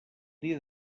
dia